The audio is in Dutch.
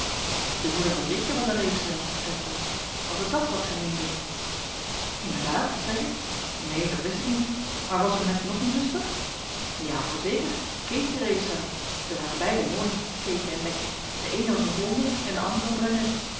de moeder van jetje was een reefzeil zeide tante was het dat wat gij meendet inderdaad zeide ik neen dat wist ik niet maar was er met nog een zuster ja voorzeker keetje reefzeil zij waren beiden mooi keetje en letje de eene was een blonde en de andere